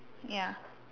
ya